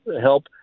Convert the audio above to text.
help